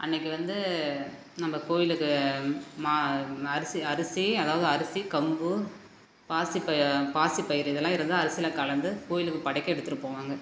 அன்றைக்கி வந்து நம்ப கோவிலுக்கு மா அரிசி அரிசி அதாவது அரிசி கம்பு பாசிப பாசிப்பயறு இதெல்லாம் இருந்தால் அரிசியில் கலந்து கோவிலுக்கு படைக்க எடுத்துகிட்டு போவாங்க